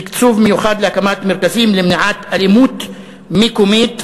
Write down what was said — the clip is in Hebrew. תקצוב מיוחד להקמת מרכזים למניעת אלימות מקומית,